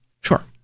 Sure